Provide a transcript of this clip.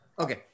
Okay